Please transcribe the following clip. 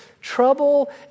Trouble